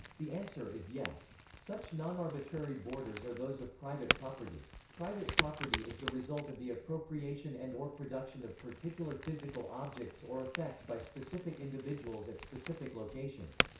the answer is yes. such nonarbitrary borders are those of private property. private property is the result of the appropriation and or production of particular physical objects or effects by specific individuals at specific locations.